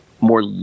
more